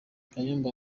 kayumba